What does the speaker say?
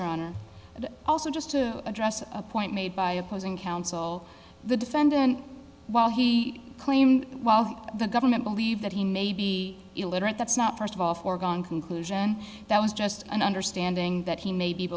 but also just to address a point made by opposing counsel the defendant while he claimed the government believed that he may be illiterate that's not first of all foregone conclusion that was just an understanding that he may be